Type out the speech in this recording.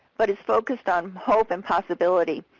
but is focused on hope and possibilities.